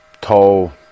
tall